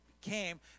came